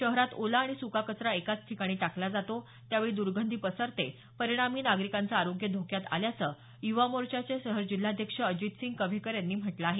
शहरात ओला आणि सुका कचरा एकाच ठिकाणी टाकला जातो त्यामुळे दुर्गंधी पसरते परिणामी नागरिकांचं आरोग्य धोक्यात आल्याचं युवा मोर्चाचे शहर जिल्हाध्यक्ष अजितसिंग कव्हेकर यांनी म्हटलं आहे